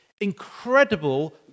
incredible